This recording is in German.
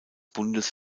bundes